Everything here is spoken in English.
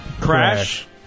Crash